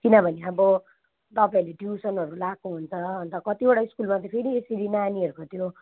किनभने अब तपाईँहरूले ट्युसनहरू लाएको हुन्छ अन्त कतिवटा स्कुलमा फेरि यसरी नानीहरूको त्यो